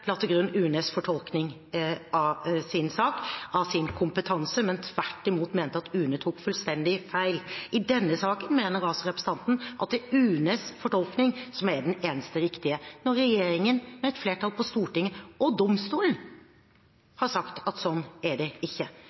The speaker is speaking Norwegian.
la til grunn UNEs fortolkning av sin sak, av sin kompetanse, men tvert imot mente at UNE tok fullstendig feil. I denne saken mener altså representanten at det er UNEs fortolkning som er den eneste riktige – når regjeringen og et flertall på Stortinget, og domstolen, har sagt at sånn er det ikke.